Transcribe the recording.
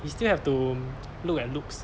we still have to look at looks